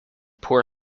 poor